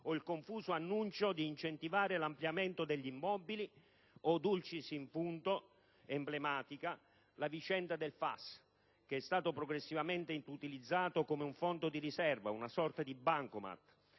o il confuso annuncio di incentivare l'ampliamento degli immobili o, *dulcis in fundo*, emblematica, la vicenda del FAS, che è stato progressivamente utilizzato come un fondo di riserva, una sorta di bancomat,